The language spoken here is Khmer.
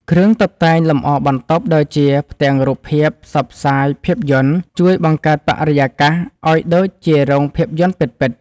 គ្រឿងតុបតែងលម្អបន្ទប់ ដូចជាផ្ទាំងរូបភាពផ្សព្វផ្សាយភាពយន្ត ជួយបង្កើតបរិយាកាសឱ្យដូចជារោងភាពយន្តពិតៗ។